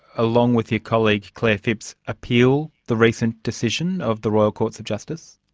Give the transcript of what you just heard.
along with your colleague clare phipps, appeal the recent decision of the royal courts of justice?